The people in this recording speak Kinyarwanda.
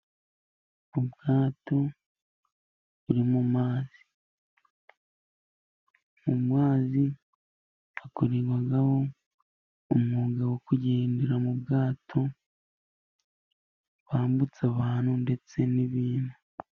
Ubwato buri mu mazi, mu mazi hakorerwaho umwuga wo kugendera mu bwato, bambutsa abantu ndetse n'ibintu.